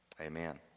Amen